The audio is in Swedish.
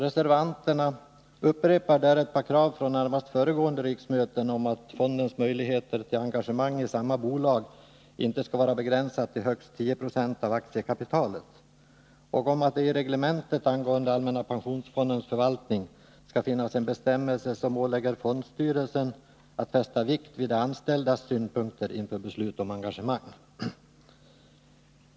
Reservanterna upprepar där ett par krav från närmast föregående riksmöten om att fondens möjligheter till engagemang i samma bolag inte skall vara begränsat till högst 10 20 av aktiekapitalet samt att det i reglementet angående allmänna pensionsfondens förvaltning skall finnas en bestämmelse som ålägger fondstyrelsen att fästa vikt vid de anställdas synpunkter inför beslut om engagemang.